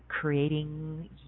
creating